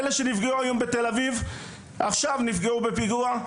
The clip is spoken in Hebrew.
אלה שנפגעו היום בתל אביב, עכשיו נפגעו בפיגוע,